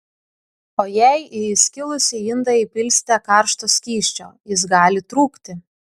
o jei į įskilusį indą įpilsite karšto skysčio jis gali trūkti